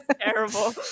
Terrible